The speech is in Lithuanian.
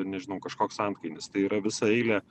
nežinau kažkoks antkainis tai yra visa eilė